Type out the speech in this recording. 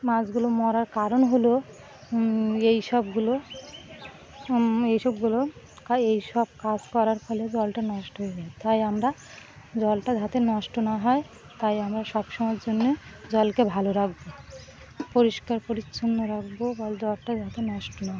মাছগুলো মরার কারণ হল এই সবগুলো এই সবগুলো এই সব কাজ করার ফলে জলটা নষ্ট হয়ে যায় তাই আমরা জলটা যাতে নষ্ট না হয় তাই আমরা সব সময়ের জন্যে জলকে ভালো রাখবো পরিষ্কার পরিচ্ছন্ন রাখবো বা জলটা যাতে নষ্ট না হয়